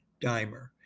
dimer